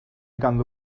ganddo